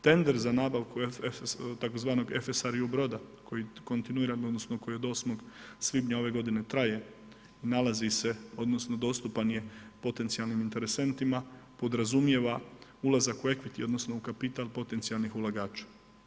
Tender za nabavku tzv. FSRU broda koji kontinuirano odnosno koji od 8. svibnja ove godine traje i nalazi se odnosno dostupan je potencijalnim interesentima, podrazumijeva ulazak u activity odnosno u kapital potencijal ulagača.